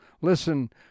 listen